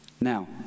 now